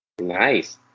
Nice